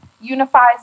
unifies